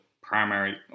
primary